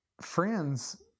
friends